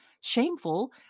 Shameful